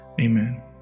Amen